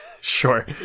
Sure